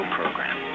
program